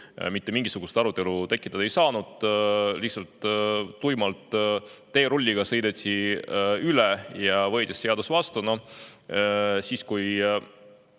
mitte mingisugust arutelu tekitada ei saanud, lihtsalt tuimalt teerulliga sõideti üle ja võeti seadus vastu. Siis, kui